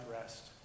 rest